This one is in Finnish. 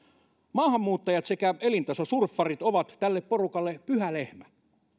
maahanmuuttajat sekä elintasosurffarit ovat tälle porukalle pyhä lehmä